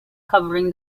covering